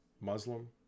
Muslim